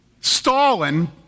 Stalin